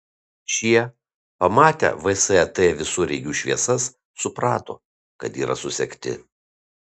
šie pamatę vsat visureigių šviesas suprato kad yra susekti